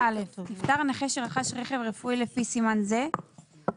נפטר נכה שרכש רכב רפואי לפי סימן זה והרכב